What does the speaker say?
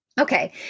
Okay